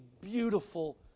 beautiful